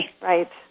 Right